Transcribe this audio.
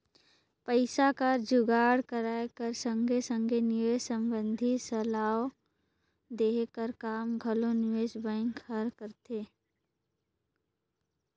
पइसा कर जुगाड़ कराए कर संघे संघे निवेस संबंधी सलाव देहे कर काम घलो निवेस बेंक हर करथे